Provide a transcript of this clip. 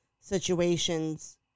situations